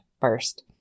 first